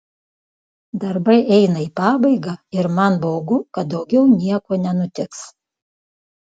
darbai eina į pabaigą ir man baugu kad daugiau nieko nenutiks